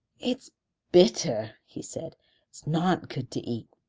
it's bitter, he said. it's not good to eat.